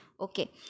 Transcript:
Okay